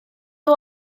nhw